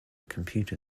computer